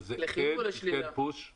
אבל הוא כן ייתן פוש --- לחיוב או לשלילה?